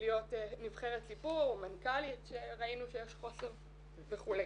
להיות נבחרת ציבור, מנכ"לית שראינו שיש חוסר וכו'.